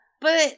But-